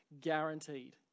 guaranteed